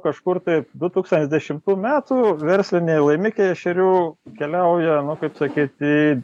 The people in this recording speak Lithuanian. kažkur taip du tūkstantis dešimtų metų versliniai laimikiai ešerių keliauja nu kaip sakyt į